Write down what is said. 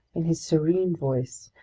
in his serene voice,